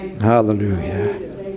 hallelujah